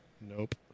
nope